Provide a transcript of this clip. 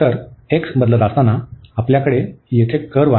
तर x बदलत असताना आपल्याकडे येथे कर्व्ह आहे